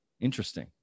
interesting